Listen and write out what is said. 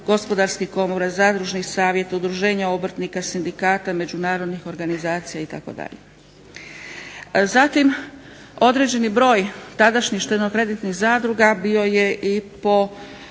gospodarskih komora, zadružnih, savjet, udruženja obrtnika, sindikata, međunarodnih organizacija itd. Zatim, određeni broj tadašnjih štedno-kreditnih zadruga bio je i po